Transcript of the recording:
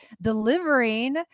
delivering